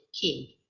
king